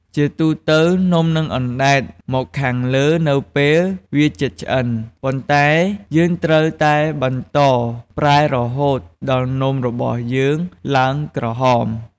ជាទូទៅ នំនឹងអណ្តែតមកខាងលើនៅពេលវាជិតឆ្អិន ប៉ុន្តែយើងត្រូវតែបន្តប្រែរហូតដល់នំរបស់យើងឡើងក្រហម។